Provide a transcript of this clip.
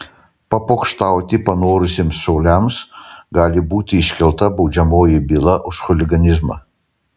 papokštauti panorusiems šauliams gali būti iškelta baudžiamoji byla už chuliganizmą